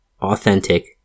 authentic